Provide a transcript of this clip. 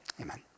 amen